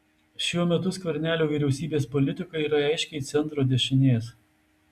šiuo metu skvernelio vyriausybės politika yra aiškiai centro dešinės